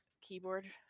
keyboard